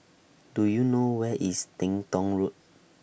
Do YOU know Where IS Teng Tong Road